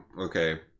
Okay